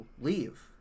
leave